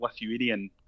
Lithuanian